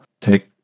take